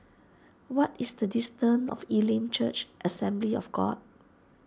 what is the distance of Elim Church Assembly of God